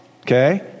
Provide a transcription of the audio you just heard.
okay